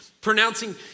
pronouncing